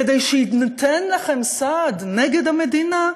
כדי שייתן לכם סעד נגד המדינה?